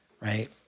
right